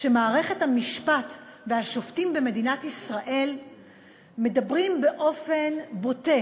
שמערכת המשפט והשופטים במדינת ישראל מדברים באופן בוטה,